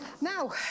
Now